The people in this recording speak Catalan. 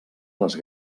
les